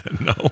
No